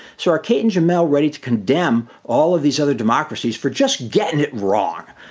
so are kate and jamelle ready to condemn all of these other democracies for just getting it wrong?